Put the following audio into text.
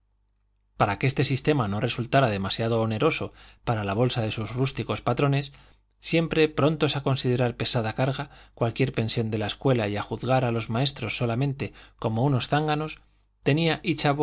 para que este sistema no resultara demasiado oneroso para la bolsa de sus rústicos patrones siempre prontos a considerar pesada carga cualquiera pensión de la escuela y a juzgar a los maestros solamente como unos zánganos tenía